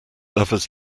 lover’s